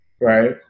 right